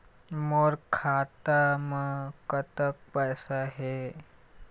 मोर खाता म कतक पैसा हे?